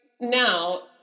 now